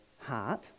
heart